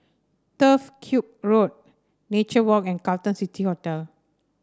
Turf Ciub Road Nature Walk and Carlton City Hotel